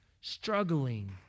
struggling